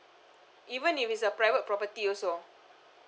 even if it's a private property also